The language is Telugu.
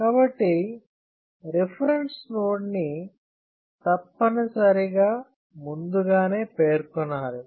కాబట్టి రిఫరెన్స్ నోడ్ ని తప్పనిసరిగా ముందుగానే పేర్కొనాలి